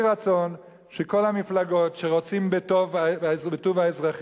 יהי רצון שכל המפלגות שרוצות בטוב האזרחים,